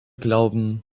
glauben